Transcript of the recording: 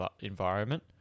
environment